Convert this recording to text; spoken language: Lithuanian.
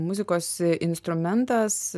muzikos instrumentas